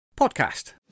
podcast